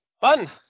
Fun